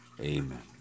Amen